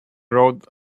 rode